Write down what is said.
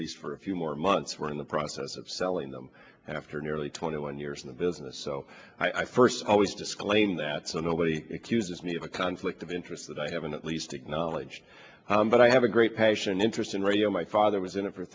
least for a few more months we're in the process of selling them after nearly twenty one years in the business so i first always disclaim that so nobody excuses me of a conflict of interest that i haven't at least acknowledged but i have a great passion interest in radio my father was in it for